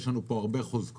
יש לנו פה הרבה חוזקות: